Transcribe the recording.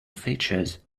features